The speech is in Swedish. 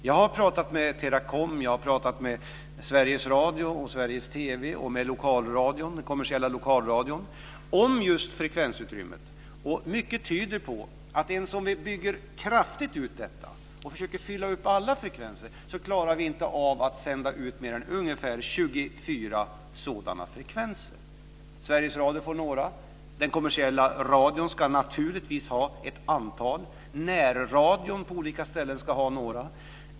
Jag har pratat med Teracom, Sveriges Radio, Sveriges TV och den kommersiella lokalradion om just frekvensutrymmet, och mycket tyder på att inte ens om vi bygger ut detta kraftigt och försöker fylla upp alla frekvenser klarar vi att sända mer än ungefär 24 sådana frekvenser. Sveriges Radio får några. Den kommersiella radion ska naturligtvis ha ett antal. Närradion på olika ställen ska ha några.